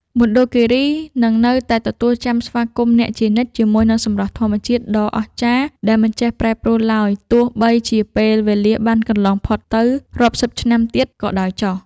មណ្ឌលគីរីនឹងនៅតែទទួលចាំស្វាគមន៍អ្នកជានិច្ចជាមួយនឹងសម្រស់ធម្មជាតិដ៏អស្ចារ្យដែលមិនចេះប្រែប្រួលឡើយទោះបីជាពេលវេលាបានកន្លងផុតទៅរាប់សិបឆ្នាំទៀតក៏ដោយចុះ។